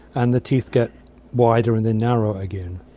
and the teeth get wider and then narrower again.